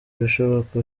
ibishoboka